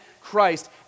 Christ